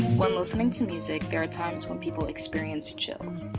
when listening to music there are times when people experience chills.